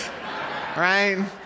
right